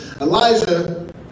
Elijah